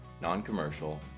non-commercial